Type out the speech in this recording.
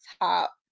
top